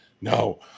no